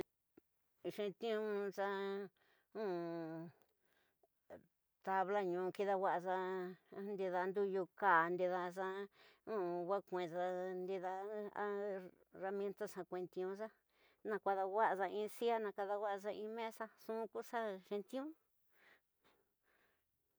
Nxetiunxa tablañu kidawaxa ndida ndeyu kani ndidaxa, wa kweexa ndida erramienta xa keetiunxa ña kadawaxa in sia, nakadawaxa in mesa nxu ku xa xenti'ü